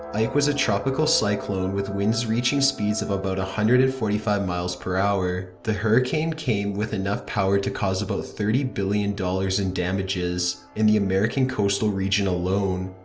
ike was a tropical cyclone with winds reaching speeds of about one hundred and forty five miles per hour. the hurricane came with enough power to cause about thirty billion dollars in damages, in the american coastal region alone.